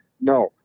No